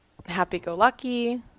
Happy-go-lucky